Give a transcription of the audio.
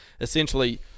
essentially